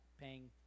paying